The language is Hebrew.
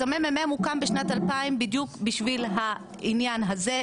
אז המ.מ.מ הוקם בשנת 2000 בדיוק בשביל העניין הזה,